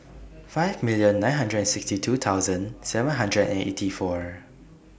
five million nine hundred and sixty two thousand seven hundred and eighty four